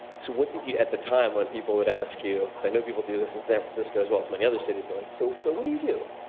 so what did you, at the time when people would ask you, because i know people do this since in san francisco as well as many other cities, were like, so so what do you do?